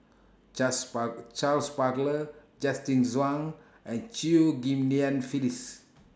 Charles Charles Paglar Justin Zhuang and Chew Ghim Lian Phyllis